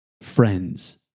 Friends